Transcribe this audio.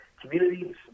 communities